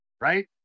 right